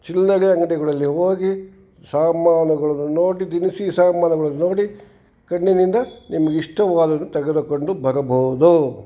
ಚಿಲ್ಲರೆ ಅಂಗಡಿಗಳಲ್ಲಿ ಹೋಗಿ ಸಾಮಾನುಗಳನ್ನು ನೋಡಿ ದಿನಸಿ ಸಾಮಾನುಗಳನ್ನು ನೋಡಿ ಕಣ್ಣಿನಿಂದ ನಿಮ್ಗೆ ಇಷ್ಟವಾದ್ದನ್ನು ತೆಗೆದುಕೊಂಡು ಬರಭೌದು